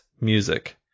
music